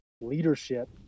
leadership